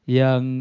yang